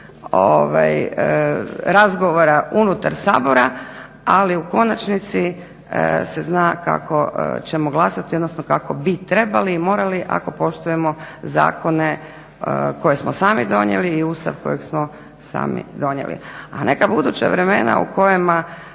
razgovara unutar Sabora ali u konačnici se zna kako ćemo glasati odnosno kako bi trebali i morali ako poštujemo zakone koje smo sami donijeli i Ustav kojeg smo sami donijeli. A neka buduća vremena u kojima